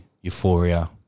euphoria